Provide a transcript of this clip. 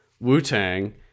Wu-Tang